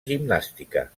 gimnàstica